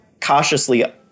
cautiously